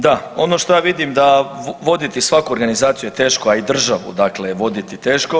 Da, ono što ja vidim da voditi svaku organizaciju je teško, a i državu je voditi teško.